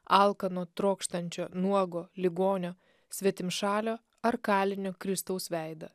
alkano trokštančio nuogo ligonio svetimšalio ar kalinio kristaus veidą